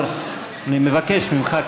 אני מבקש ממך,